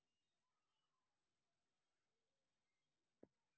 మత్స్యకార వృత్తి చాలా రకాలైన ఒడిదుడుకులతో కూడుకొన్నదని చెబుతున్నారు